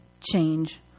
change